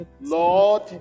Lord